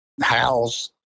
house